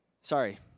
Sorry